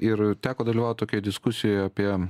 ir teko dalyvaut tokioj diskusijoj apie